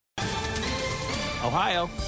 Ohio